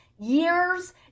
years